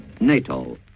NATO